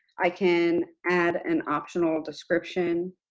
i can add an optional description,